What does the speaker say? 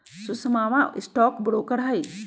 सुषमवा stock broker हई